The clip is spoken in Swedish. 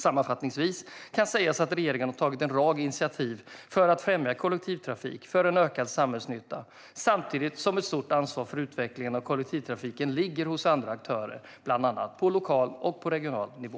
Sammanfattningsvis kan sägas att regeringen har tagit en rad initiativ för att främja kollektivtrafik för en ökad samhällsnytta, samtidigt som ett stort ansvar för utvecklingen av kollektivtrafiken ligger hos andra aktörer, bland annat på lokal och regional nivå.